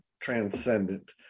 transcendent